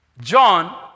John